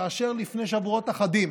כאשר לפני שבועות אחדים